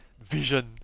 vision